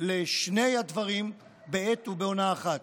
לשני הדברים בעת ובעונה אחת,